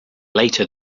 later